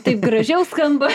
taip gražiau skamba